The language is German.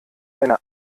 eine